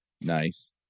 Nice